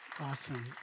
awesome